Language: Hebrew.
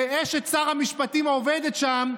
שאשת שר המשפטים עובדת שם,